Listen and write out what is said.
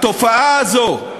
התופעה הזאת,